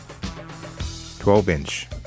12-inch